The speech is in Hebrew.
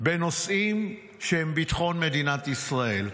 בנושאים שהם ביטחון מדינת ישראל.